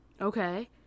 Okay